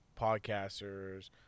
Podcasters